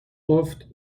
گفت